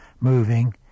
moving